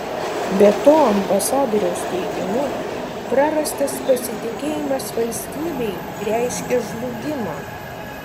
be to ambasadoriaus teigimu prarastas pasitikėjimas valstybei reiškia žlugimą